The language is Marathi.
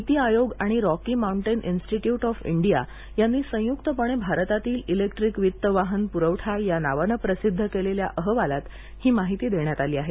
नीती आयोग आणि Rocky Mountain Institute of India यांनी संयुक्तपणे भारतातील इलेक्ट्रिक वित्त वाहन पुरवठा या नावाने प्रसिद्ध केलेल्या अहवालात ही माहिती देण्यात आली आहे